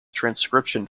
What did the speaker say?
transcription